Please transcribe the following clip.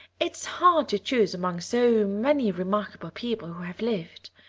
it's hard to choose among so many remarkable people who have lived.